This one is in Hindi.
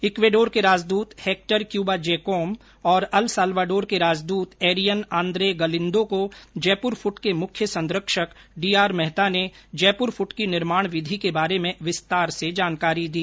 इक्वेडोर के राजदूत हेक्टर क्यूबा जेकोम और अलसलाडोर के राजदूत एरियन आन्द्रेय गलिन्दो को जयपुर फूट के मुख्य संरक्षक डीआर मेहता ने जयपुर फूट की निर्माण विधि के बारे में विस्तार से जानकारी दी